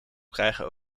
krijgen